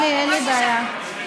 אין לי בעיה.